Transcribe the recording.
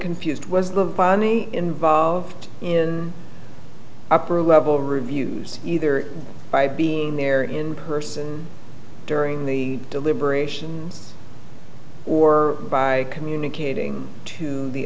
confused was the bonny involved in upper level reviews either by being there in person during the deliberations or by communicating to the